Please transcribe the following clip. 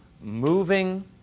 moving